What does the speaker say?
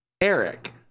eric